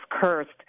cursed